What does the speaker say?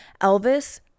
Elvis